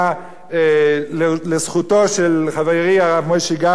לזכותם של חברי הרב משה גפני ושר האוצר,